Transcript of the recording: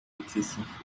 excessif